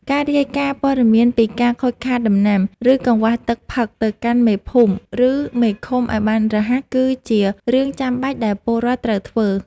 ការរាយការណ៍ព័ត៌មានពីការខូចខាតដំណាំ ឬកង្វះទឹកផឹកទៅកាន់មេភូមិ ឬមេឃុំឱ្យបានរហ័សគឺជារឿងចាំបាច់ដែលពលរដ្ឋត្រូវធ្វើ។